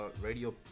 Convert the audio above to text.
Radio